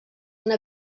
una